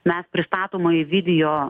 mes pristatomąjį video